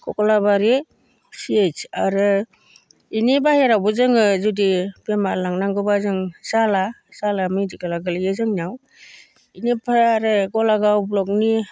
कक्लाबारि C H आरो इनि बाहेरावबो जोङो जुदि बेमार लांनांगौब्ला जों जाला जाला मिडिकेला गोलैयो जोंनियाव इनिफ्राय आरो गलागाव ब्लकनि